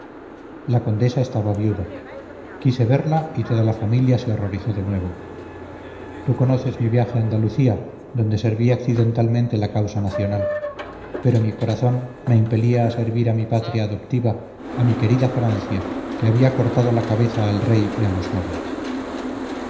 la condesa estaba viuda quise verla y toda la familia se horrorizó de nuevo tú conoces mi viaje a andalucía donde serví accidentalmente la causa nacional pero mi corazón me impelía a servir a mi patria adoptiva a mi querida francia que había cortado la cabeza al rey y a los nobles